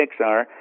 Pixar